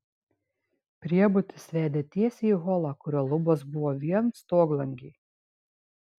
priebutis vedė tiesiai į holą kurio lubos buvo vien stoglangiai